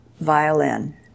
violin